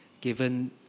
given